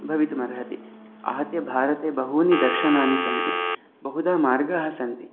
भवितुमर्हति आहत्य भारते बहूनि दर्शनानि सन्ति बहुधा मार्गः सन्ति